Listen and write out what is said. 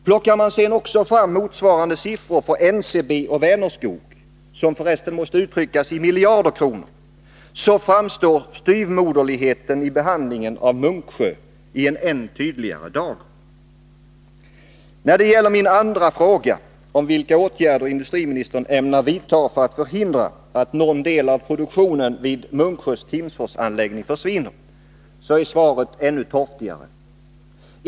Plockar man sedan också fram motsvarande siffror för NCB och Vänerskog — siffror som för resten måste uttryckas i miljarder kronor — så framstår styvmoderligheten i behandlingen av Munksjö | i en än tydligare dager. När det gäller min andra fråga, om vilka åtgärder industriministern ämnar vidta för att förhindra att någon del av produktionen vid Munksjös Timsforsanläggning försvinner, är svaret ännu torftigare.